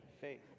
Faith